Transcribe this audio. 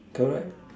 correct